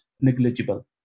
negligible